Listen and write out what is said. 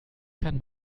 kann